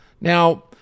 Now